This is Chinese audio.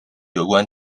有关